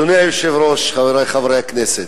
אדוני היושב-ראש, חברי חברי הכנסת,